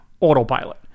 Autopilot